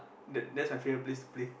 that that's my favorite place to play